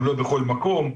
גם לא בכל מקום,